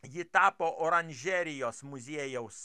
ji tapo oranžerijos muziejaus